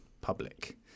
public